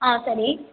ஆ சரி